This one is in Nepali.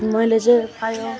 मैले चाहिँ पायो